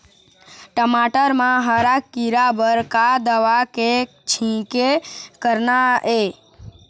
टमाटर म हरा किरा बर का दवा के छींचे करना ये?